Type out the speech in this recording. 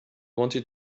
wanted